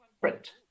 print